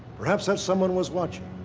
perhaps that someone was watching.